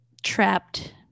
Trapped